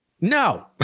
no